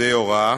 עובדי הוראה.